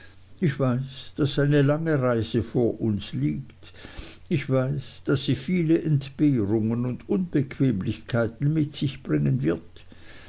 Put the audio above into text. ich weiß daß eine lange reise vor uns liegt ich weiß daß sie viele entbehrungen und unbequemlichkeiten mit sich bringen wird